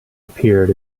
appeared